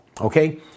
okay